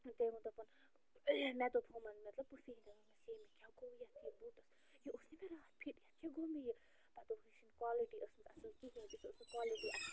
تٔمۍ ووٚن دوپُن مےٚ دوٚپ ہُمن مےٚ دوٚپ پوٗپھی ہٕنٛدٮ۪ن ماسی مےٚ کیٛاہ یَتھ یہِ بوٗٹہٕ یہِ اوس نا مےٚ راتھٕے یَتھ کیٛاہ گَو مےٚ یہِ پَتہٕ دوٚپ أمۍ یہِ چھَنہٕ کالٹی ٲسمٕژ اَصٕل کیٚنٛہہ یہِ ٲس نہٕ کالٹی اَصٕل